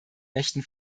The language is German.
mächten